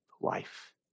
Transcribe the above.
life